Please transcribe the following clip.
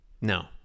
No